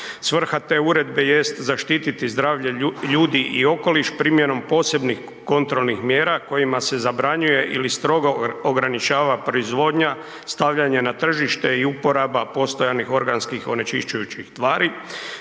Svrha te uredbe jest zaštiti zdravlje ljudi i okoliš primjerom posebnih kontrolnih mjera kojima se zabranjuje ili strogo ograničava proizvodnja stavljanja na tržište i uporaba postojanih organskih onečišćujućih,